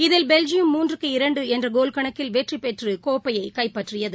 இதில் பெல்ஜியம் மூன்றுக்கு இரண்டு என்ற கோல் கணக்கில் வெற்றி பெற்று கோப்பையை கைப்பற்றியது